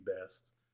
best